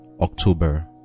October